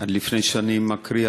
לפני שאני מקריא,